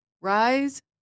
Rise